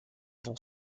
vont